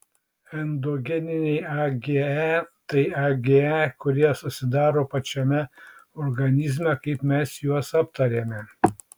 endogeniniai age tai age kurie susidaro pačiame organizme kaip mes jau aptarėme